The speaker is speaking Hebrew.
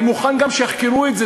אני מוכן גם שיחקרו את זה,